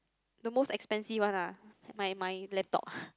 the most expensive one ah my my laptop